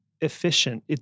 efficient